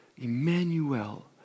Emmanuel